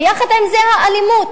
ויחד עם זה האלימות.